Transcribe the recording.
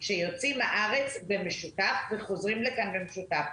שיוצאים מהארץ במשותף וחוזרים במשותף.